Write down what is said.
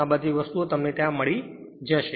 આ બધી વસ્તુઓ તમને ત્યાં મળી જશે